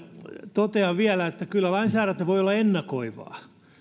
totean vielä että kyllä lainsäädäntö voi olla ennakoivaa